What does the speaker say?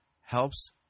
helps